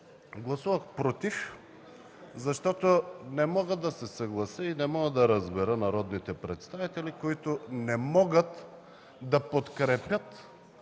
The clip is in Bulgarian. Гласувах „против”, защото не мога да се съглася и да разбера народните представители, които не могат да подкрепят